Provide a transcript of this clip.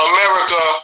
America